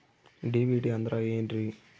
DBT ಅಂದ್ರ ಏನ್ರಿ?